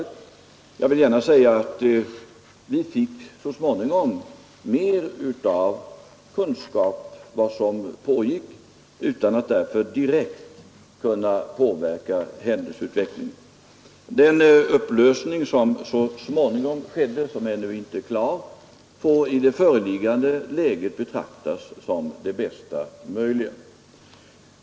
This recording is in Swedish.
Efter hand fick vi också större kunskap om vad som pågick — utan att därför direkt kunna påverka händelseutvecklingen. Den uppgörelse som sedan träffades — och som ännu inte är helt klar — får i rådande situation betraktas som den bästa möjliga.